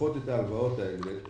צריכות את ההלוואות האלה,